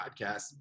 podcast